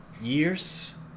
years